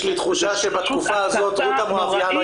יש לי תחושה שבתקופה הזאת רות המואבייה לא